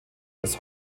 das